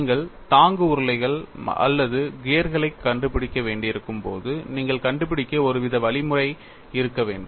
நீங்கள் தாங்கு உருளைகள் அல்லது கியர்களைக் கண்டுபிடிக்க வேண்டியிருக்கும் போது நீங்கள் கண்டுபிடிக்க ஒருவித வழிமுறை இருக்க வேண்டும்